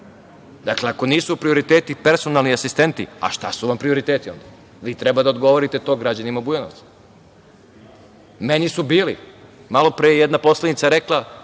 Dakle, ako nisu prioriteti personalni asistenti. Šta su vam prioriteti onda? Vi treba da odgovorite to građanima Bujanovca. Malopre jedna poslanica je rekla